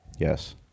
Yes